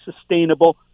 sustainable